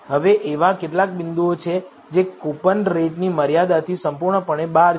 હવે એવા કેટલાક બિંદુઓ છે જે કૂપનરેટની મર્યાદાથી સંપૂર્ણપણે બહાર છે